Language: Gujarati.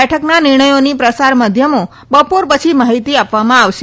બેઠકના નિર્ણયોની પ્રસાર માધ્યમો બપોર પછી માહિતી આપવામાં આવશે